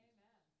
Amen